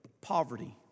poverty